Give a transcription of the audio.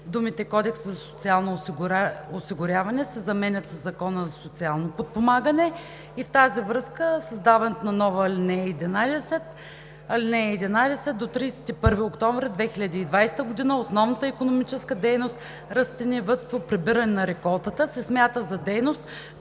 думите „Кодекса за социално осигуряване“ се заменят със „Закона за социално подпомагане“. И в тази връзка създаването на нова ал. 11: „(11) До 31 октомври 2020 г. основната икономическа дейност „Растениевъдство“ – прибиране на реколтата, се смята за дейност